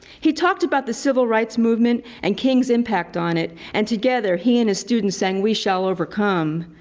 he talked about the civil rights movement and king's impact on it, and together he and his students sang we shall overcome.